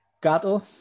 Gato